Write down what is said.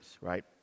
right